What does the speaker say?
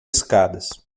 escadas